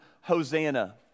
Hosanna